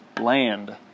land